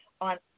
on